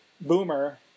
Boomer